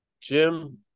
Jim